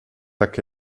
tak